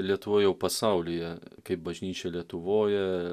lietuvoj jau pasaulyje kaip bažnyčia lietuvoje